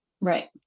Right